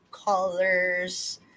colors